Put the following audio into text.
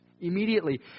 Immediately